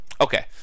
Okay